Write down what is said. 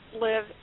live